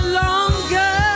longer